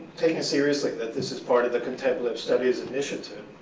taking seriously that this is part of the contemplative studies initiative,